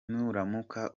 nuramuka